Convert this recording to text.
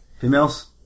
Females